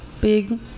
big